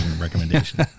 recommendation